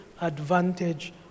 advantage